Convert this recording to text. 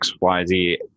xyz